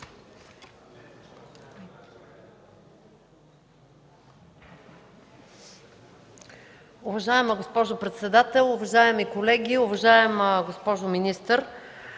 Уважаема госпожо председател, уважаеми колеги, уважаема госпожо министър!